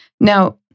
Now